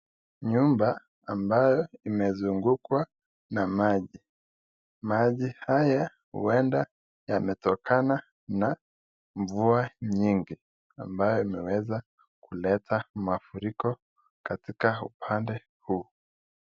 Nyumba ambayo imezungukwa na maji, maji haya huenda yametokana na mvua nyingi ambayo imeweza kuleta mafuriko katika upande huu.